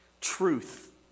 truth